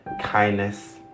kindness